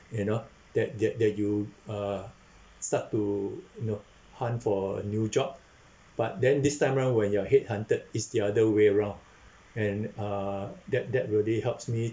you know that they're you uh start to you know hunt for a new job but then this time round when your head-hunted it's the other way round and uh that that really helps me